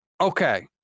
okay